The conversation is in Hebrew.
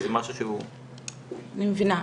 אני מבינה.